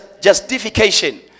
justification